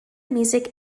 music